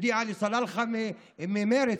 ידידי עלי סלאלחה ממרצ,